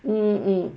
um um